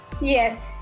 Yes